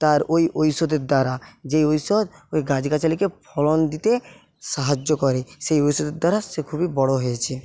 তার ওই ঔষধের দ্বারা যেই ঔষধ ওই গাছগাছালিকে ফলন দিতে সাহায্য করে সেই ঔষধ দ্বারা সে খুবই বড়ো হয়েছে